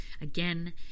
Again